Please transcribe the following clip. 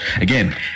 Again